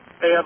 Hey